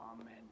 Amen